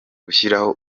gushyiraho